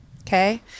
Okay